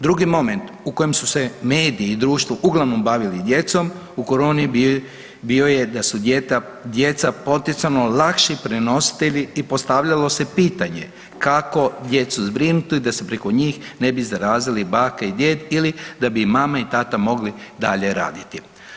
Drugi moment u kojem su se mediji i društvo u uglavnom bavili djecom, u koroni bio je da su djeca potencijalno lakši prenositelji i postavljalo se pitanje kako djecu zbrinuti da se preko njih ne bi zarazili baka i djed ili da bi im mama i tata mogli dalje raditi.